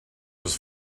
was